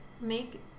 make